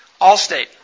Allstate